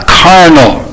carnal